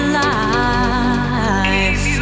life